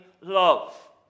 love